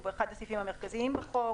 שהוא אחד הסעיפים המרכזיים בחוק,